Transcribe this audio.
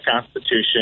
constitution